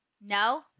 No